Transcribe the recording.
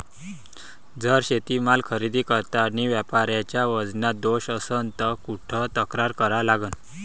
जर शेतीमाल खरेदी करतांनी व्यापाऱ्याच्या वजनात दोष असन त कुठ तक्रार करा लागन?